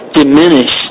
diminish